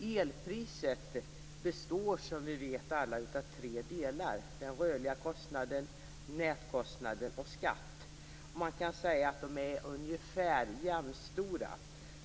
Elpriset består som vi alla vet av tre delar: den rörliga kostnaden, nätkostnaden och skatt. Man kan säga att de är ungefär jämnstora.